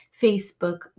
facebook